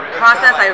process